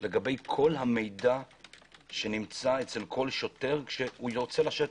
לגבי כל המידע שנמצא אצל כל שוטר, כשיוצא לשטח.